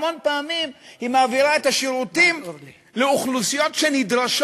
המון פעמים היא מעבירה את השירותים לאוכלוסיות שנדרשות